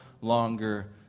longer